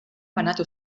banatu